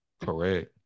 Correct